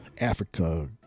Africa